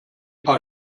paar